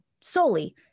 solely